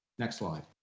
next slide.